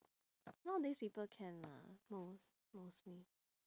nowadays people can lah most mostly